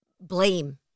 blame